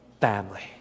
family